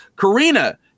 Karina